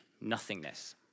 nothingness